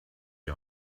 die